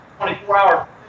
24-hour